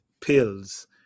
pills